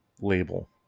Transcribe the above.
label